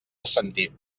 assentir